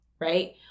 right